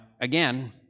again